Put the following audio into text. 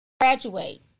graduate